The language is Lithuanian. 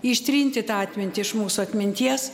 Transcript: ištrinti tą atmintį iš mūsų atminties